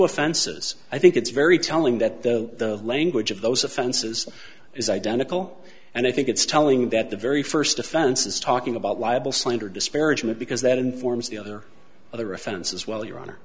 offenses i think it's very telling that the language of those offenses is identical and i think it's telling that the very first offense is talking about libel slander disparagement because that informs the other other offenses well your honor